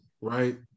right